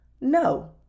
No